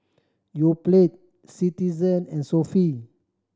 Yoplait Citizen and Sofy